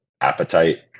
appetite